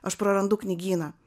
aš prarandu knygyną